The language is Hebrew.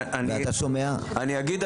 אני אגיד,